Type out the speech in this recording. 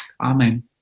Amen